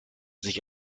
sich